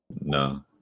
No